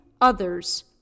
others